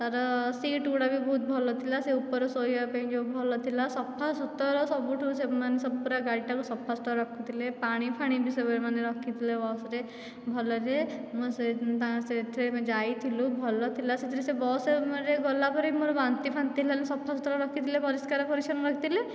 ତାର ସିଟ୍ ଗୁଡ଼ାକ ବି ବହୁତ ଭଲ ଥିଲା ସେ ଉପରେ ଶୋଇବା ପାଇଁ ଯେଉଁ ଭଲ ଥିଲା ସଫାସୁତୁରା ସବୁଠାରୁ ସେମାନେ ସବୁ ଗାଡ଼ି ତାକୁ ସଫାସୁତୁରା ରଖିଥିଲେ ପାଣିଫାଣି ସେମାନେ ବି ରଖିଥିଲେ ବସରେ ଭଲରେ ସେଇଥିରେ ଯାଇଥିଲୁ ଭଲ ଥିଲା ସେଥିରୁ ସେ ବସରେ ଗଲା ବେଳେ ମୋର ବାନ୍ତିଫାନ୍ତି ହେଲେ ସଫା ସୁତୁରା ରଖିଥିଲେ ପରିଷ୍କାର ପରିଚ୍ଛନ୍ନ ରଖିଥିଲେ